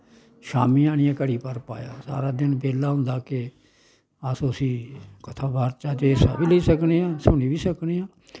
शामीं आनियें घड़ी भर पाया सारा दिन बेह्ला होंदा के अस उस्सी कथा बार्ता च हिस्सी बी लेई सकने आं सुनी बी सकने आं